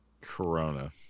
Corona